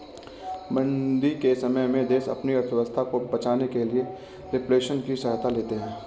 मंदी के समय में देश अपनी अर्थव्यवस्था को बचाने के लिए रिफ्लेशन की सहायता लेते हैं